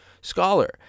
scholar